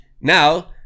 Now